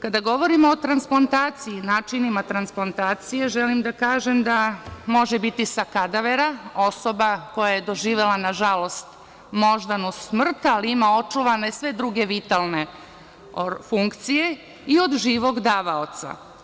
Kada govorimo o transplantaciji i načinima transplantacije, želim da kažem da može biti sa kadavera, osoba koja je doživela, na žalost, moždanu smrt, ali ima očuvane sve druge vitalne funkcije, kao i od živog davaoca.